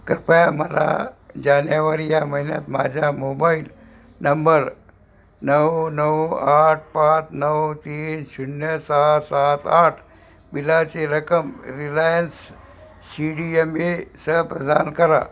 कृपया मला जानेवारी या महिन्यात माझ्या मोबाईल नंबर नऊ नऊ आठ पाच नऊ तीन शून्य सहा सात आठ बिलाची रक्कम Reliance C D M A सह प्रदान करा